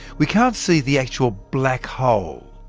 we can't see the actual black hole,